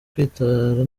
kwitwara